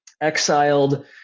exiled